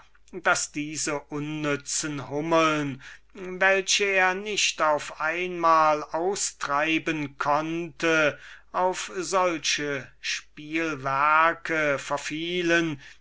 daß diese unnütze hummeln welche er nicht auf einmal austreiben konnte auf solche spielwerke verfielen